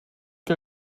que